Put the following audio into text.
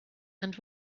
and